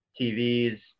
TVs